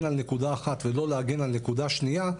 על נקודה אחת ולא להגן על נקודה שניה,